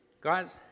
Guys